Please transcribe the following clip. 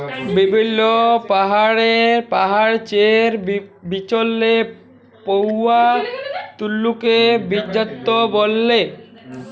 বিভিল্ল্য গাহাচের বিচেল্লে পাউয়া তল্তুকে বীজজাত ব্যলে